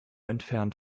entfernt